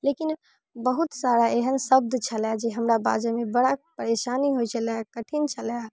लेकिन बहुत सारा एहन शब्द छलै जे हमरा बाजेमे बड़ा परेशानी होइत छलै कठिन छलै